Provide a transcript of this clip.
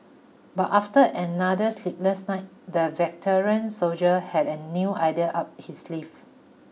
but after another sleepless night the veteran soldier had a new idea up his sleeve